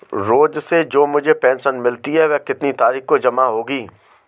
रोज़ से जो मुझे पेंशन मिलती है वह कितनी तारीख को जमा होगी?